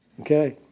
Okay